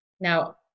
Now